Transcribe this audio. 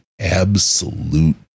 absolute